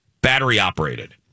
battery-operated